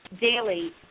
daily